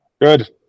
Good